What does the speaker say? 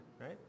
right